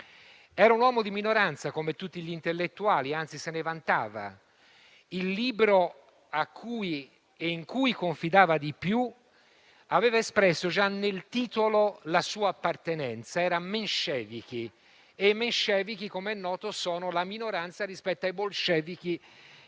Era un uomo di minoranza, come tutti gli intellettuali, anzi se ne vantava. Il libro in cui confidava di più aveva espressa già nel titolo la sua appartenenza: era «Menscevichi»; e i menscevichi, come noto, sono la minoranza rispetto ai bolscevichi,